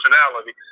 personality